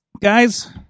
guys